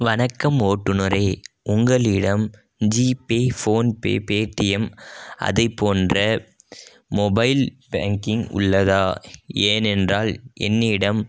வணக்கம் ஓட்டுநரே உங்களிடம் ஜிபே ஃபோன்பே பேடிஎம் அதை போன்ற மொபைல் பேங்கிங் உள்ளதா ஏனென்றால் என்னிடம்